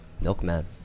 Milkman